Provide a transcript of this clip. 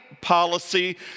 policy